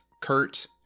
Kurt